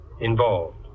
involved